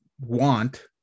want